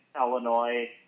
Illinois